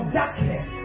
darkness